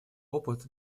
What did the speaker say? опыт